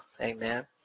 Amen